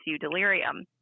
delirium